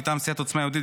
מטעם עוצמה יהודית,